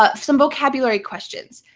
ah some vocabulary questions.